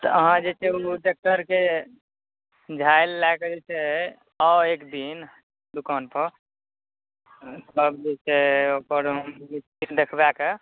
तऽ अहाँ जे छै ओ डॉक्टरके झालि लैकऽ जे छै से आउ एक दिन दुकान पर तब जे छै ओकर हम जे छै दखबै कऽ